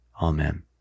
Amen